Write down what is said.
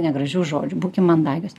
negražių žodžių būkim mandagios